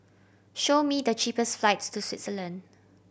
show me the cheapest flights to Switzerland